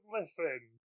listen